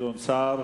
גדעון סער.